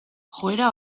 joera